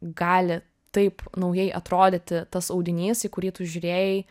gali taip naujai atrodyti tas audinys į kurį tu žiūrėjai